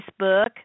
Facebook